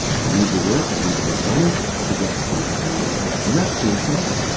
i need to work, i need to make money to get the things that i want. and that's suicidal.